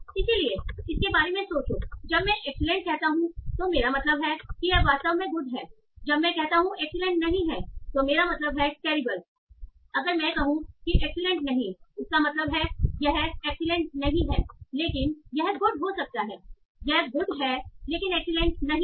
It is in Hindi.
इसलिए इसके बारे में सोचो जब मैं एक्सीलेंट कहता हूं तो मेरा मतलब है कि यह वास्तव में गुड है जब मैं कहता हूं एक्सीलेंट नहीं है तो मेरा मतलब है टेरिबलअगर मैं कहूं कि एक्सीलेंट नहीं इसका मतलब है यह एक्सीलेंट नहीं है लेकिन यह गुड हो सकता है यह गुड है लेकिन एक्सीलेंट नहीं है